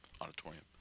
auditorium